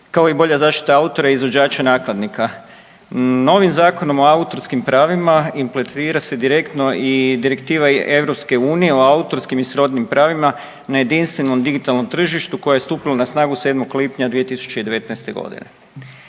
kao i bolja zaštita autora i izvođača nakladnika. Novim Zakonom o autorskim pravima implementira se direktno i direktiva EU o autorskim i srodnim pravima na jedinstvenom digitalnom tržištu koje je stupilo na snagu 7. lipnja 2019. godine.